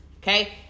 Okay